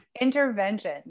Intervention